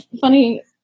funny